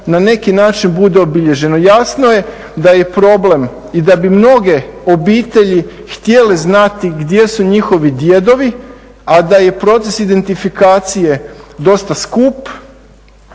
na neki način bude obilježeno. Jasno je da je problem i da bi mnoge obitelji htjele znati gdje su njihovi djedovi, a da je proces identifikacije dosta skup